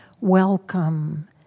Welcome